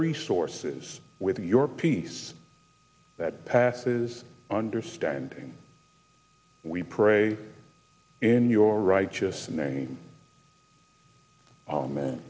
resources with your peace that passes understanding we pray in your righteous name